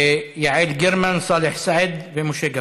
יעל גרמן, סאלח סעד ומשה גפני,